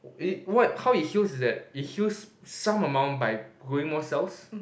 it what how it heals is that it heals some amount by growing more cells